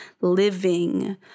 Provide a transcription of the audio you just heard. living